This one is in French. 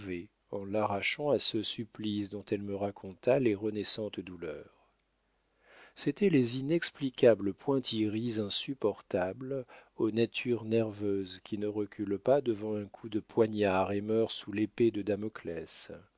en l'arrachant à ce supplice dont elle me raconta les renaissantes douleurs c'était les inexplicables pointilleries insuportables aux natures nerveuses qui ne reculent pas devant un coup de poignard et meurent sous l'épée de